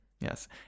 Yes